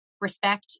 respect